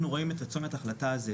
אנחנו רואים את צומת ההחלטה הזו,